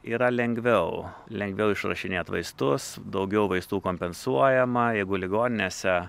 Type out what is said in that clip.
yra lengviau lengviau išrašinėt vaistus daugiau vaistų kompensuojama jeigu ligoninėse